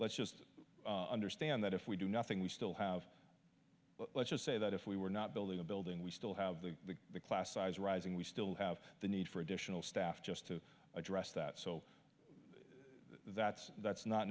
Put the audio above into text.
let's just understand that if we do nothing we still have let's just say that if we were not building a building we still have the class size rising we still have the need for additional staff just to address that so that's that's not